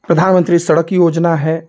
प्रधानमंत्री सड़क योजना है